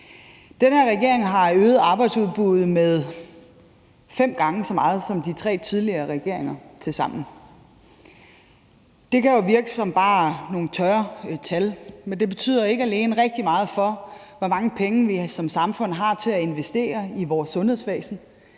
Den her regering har øget arbejdsudbuddet med fem gange så meget som de tre tidligere regeringer tilsammen. Det kan jo virke som bare nogle tørre tal, men det betyder ikke alene rigtig meget for, hvor mange penge vi som samfund har til at investere i vores sundhedsvæsen,